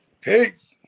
Peace